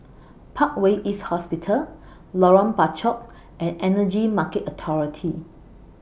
Parkway East Hospital Lorong Bachok and Energy Market Authority